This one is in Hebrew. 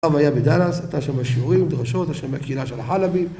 הרב היה בדאלאס, נתן שם שיעורים, דרשות, הייתה שם קהילה של החלבים,